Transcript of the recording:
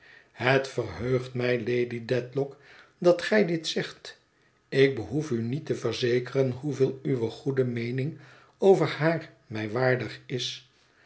het verheugt mij lady dedlock dat gij dit zegt ik behoef u niet te verzekeren hoeveel uwe goede meening over haar mij waardig is